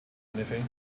anything